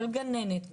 כל גננת,